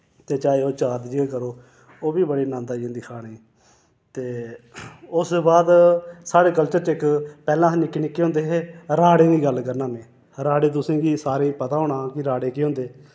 ते चाहे ओह् चार दी जगह करो ओह् बी बड़ी नंद आई जंदी खाने ते उस दे बाद साढ़े कल्चर च इक पैह्ले अस निक्के निक्के होंदे हे राड़े दी गल्ल करना में राड़े तुसें गी सारें पता होना कि राड़े केह् होंदे